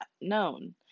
known